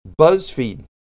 BuzzFeed